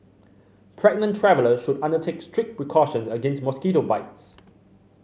pregnant travellers should undertake strict precautions against mosquito bites